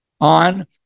on